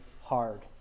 hard